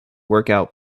workout